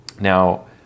now